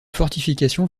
fortifications